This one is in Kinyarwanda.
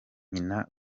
nyina